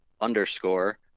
underscore